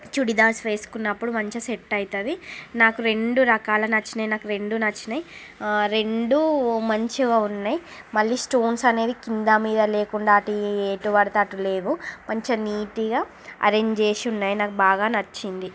చుడిదార్స్ వేసుకున్నప్పుడు మంచిగా సెట్ అవుతుంది నాకు రెండు రకాలు నచ్చినాయి రెండు మంచిగా ఉన్నాయి మళ్ళీ స్టోన్స్ అనేవి కింద మీద లేకుండా అటు ఎటు పడితే అటు లేవు కొంచెం నీట్గా అరేంజ్ చేసి ఉన్నాయి బాగా ఉన్నాయి నాకు బాగా నచ్చింది